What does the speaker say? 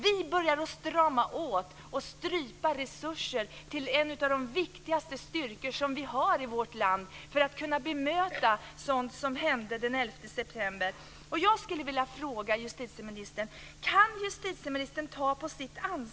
Vi började strama åt och strypa resurserna till en av de styrkor som är viktigast om vi ska kunna bemöta terrordåd liknande dem som skedde den 11 september.